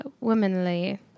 womanly